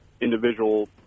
individual